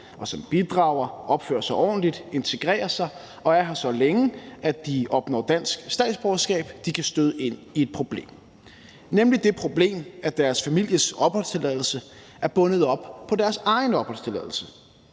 som bidrager, opfører sig ordentligt og integrerer sig og er her så længe, at de opnår dansk statsborgerskab, kan støde ind i det problem, at deres families opholdstilladelse er bundet op på deres egen opholdstilladelse,